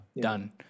done